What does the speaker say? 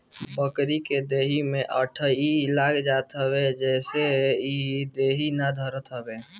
बकरी के देहि में अठइ लाग जात बा जेसे इ देहि ना धरत हवे